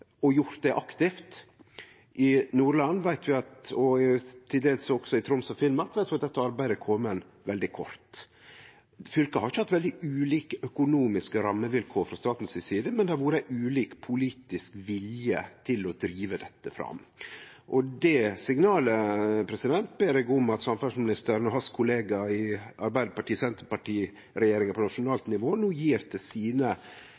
og har gjort det aktivt. I Nordland, og til dels også i Troms og Finnmark, veit vi at dette arbeidet har kome veldig kort. Fylka har ikkje hatt veldig ulike økonomiske rammevilkår frå staten si side, men det har vore ulik politisk vilje til å drive dette fram. Det signalet ber eg om at samferdselsministeren og hans kollega i Arbeiderparti–Senterparti-regjeringa på nasjonalt nivå no gjev til sine